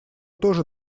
тоже